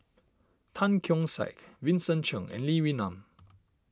Tan Keong Saik Vincent Cheng and Lee Wee Nam